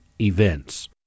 Events